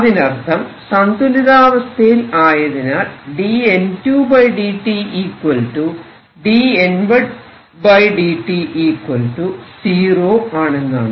അതിനർത്ഥം സന്തുലിതാവസ്ഥയിൽ ആയതിനാൽ dN2dt dN1dt 0 ആണെന്നാണ്